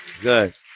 Good